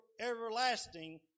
everlasting